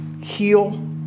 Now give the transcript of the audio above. heal